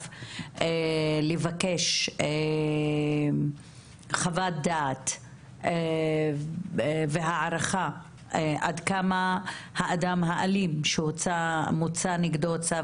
לבקש חוות דעת והערכה עד כמה האדם האלים שמוצא נגדו צו